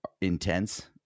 intense